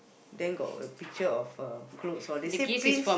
then got a picture of uh clothes all they say pins